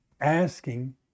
asking